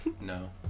No